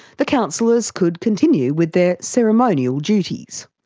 the councillors could continue with their ceremonial duties.